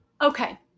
Okay